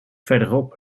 verderop